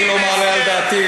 אני לא מעלה על דעתי,